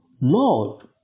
Lord